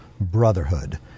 Brotherhood